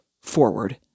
forward